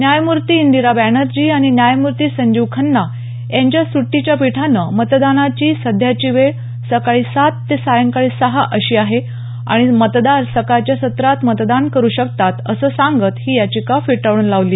न्यायमूर्ती इंदिरा बॅनर्जी आणि न्यायमूर्ती संजीव खन्ना यांच्या सुटीच्या पीठानं मतदानाची सध्याची वेळ सकाळी सात ते सायंकाळी सहा अशी आहे आणि मतदार सकाळच्या सत्रात मतदान करू शकतात असं सांगत ही याचिका फेटाळून लावली